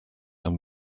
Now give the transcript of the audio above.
and